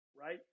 right